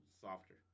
softer